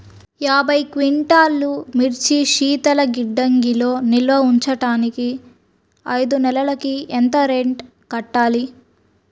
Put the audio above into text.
యాభై క్వింటాల్లు మిర్చి శీతల గిడ్డంగిలో నిల్వ ఉంచటానికి ఐదు నెలలకి ఎంత రెంట్ కట్టాలి?